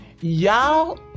Y'all